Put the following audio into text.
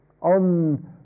on